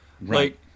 Right